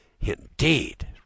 Indeed